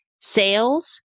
sales